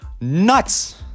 nuts